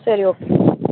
சரி ஓகே